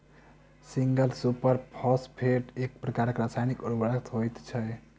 single super phosphate एक प्रकारक रासायनिक उर्वरक होइत छै